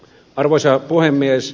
arvoisa puhemies